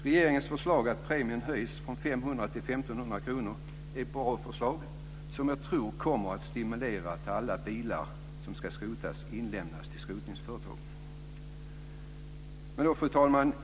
Regeringens förslag att premien höjs från 500 kr till 1 500 kr är ett bra förslag som jag tror kommer att stimulera till att alla bilar som ska skrotas inlämnas till skrotningsföretag.